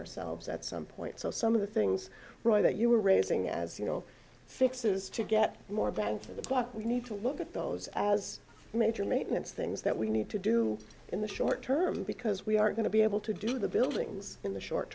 ourselves at some point so some of the things that you were raising as you know fixes to get more bang for the clock we need to look at those as major maintenance things that we need to do in the short term because we are going to be able to do the buildings in the short